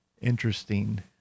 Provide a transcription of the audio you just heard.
Interesting